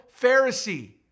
Pharisee